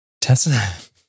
Tessa